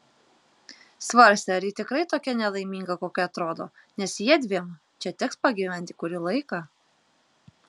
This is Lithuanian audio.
svarstė ar ji tikrai tokia nelaiminga kokia atrodo nes jiedviem čia teks pagyventi kurį laiką